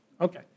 Okay